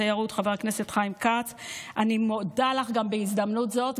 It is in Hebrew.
אני מודה לשר התיירות חבר הכנסת חיים כץ; אני מודה לך בהזדמנות הזאת,